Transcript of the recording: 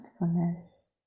mindfulness